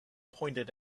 pointed